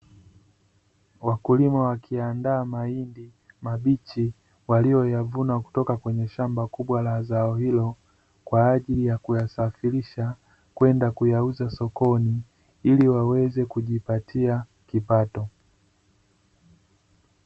Wakulima wakiandaa mahindi mabichi, waliyoyavuna kutoka kwenye shamba kubwa la zao kwa ajili ya kuyasafirisha kwenda kuyauza sokoni, ili waweze kujipatia kipato.